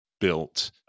built